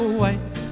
white